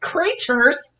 Creatures